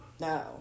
No